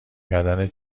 کردن